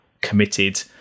committed